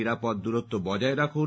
নিরাপদ দূরত্ব বজায় রাখুন